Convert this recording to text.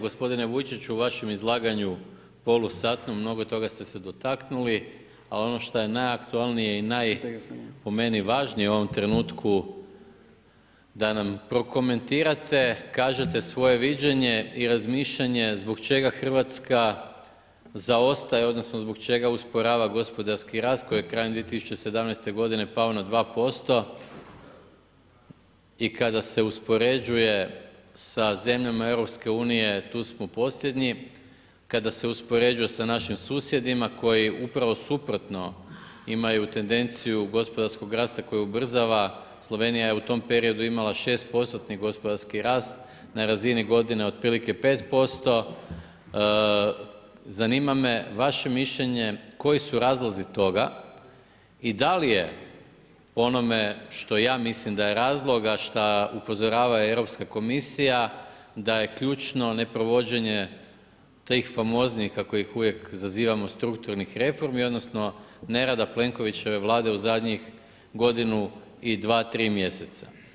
Gospodine Vujčiću, u vašem izlaganju polusatnom, mnogo toga ste se dotaknuli, a ono što je najaktualnije i najvažnije po meni, u ovom trenutku da nam prokomentirate, kažete svoje viđenje i razmišljanje zbog čega RH zaostaje, odnosno zbog čega usporava gospodarski rast koji je krajem 2017. godine pao na 2% i kada se uspoređuje sa zemljama EU, tu smo posljednji, kada se uspoređuje sa našim susjedima koji upravo suprotno, imaju tendenciju gospodarskog rasta koji ubrzava, Slovenija je u tom periodu imala 6%-ni gospodarski rast, na razini godine otprilike 5%, zanima me vaše mišljenje, koji su razlozi toga i da li je po onome što ja mislim da je razlog, a šta upozorava Europska komisija, da je ključno neprovođenje tih famoznih, kako ih uvijek zazivamo, strukturnih reformi, odnosno nerada Plenkovićeve Vlade u zadnjih godinu i 2, 3 mjeseca.